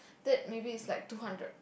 that maybe is like two hundred